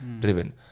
driven